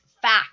fact